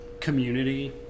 community